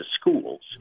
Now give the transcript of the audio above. schools